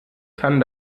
kann